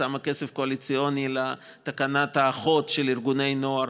שמה כסף קואליציוני לתקנת האחות של ארגוני נוער,